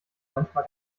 manchmal